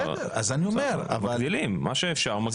את מה שאפשר מגדילים.